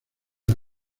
las